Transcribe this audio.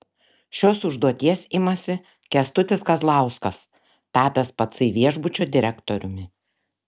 šios užduoties imasi kęstutis kazlauskas tapęs pacai viešbučio direktoriumi